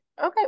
okay